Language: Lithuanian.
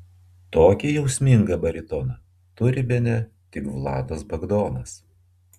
tokį jausmingą baritoną turi bene tik vladas bagdonas